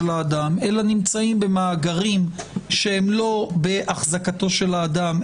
האדם אלא נמצאים במאגרים שהם לא בהחזקתו של האדם,